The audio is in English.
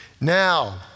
Now